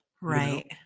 Right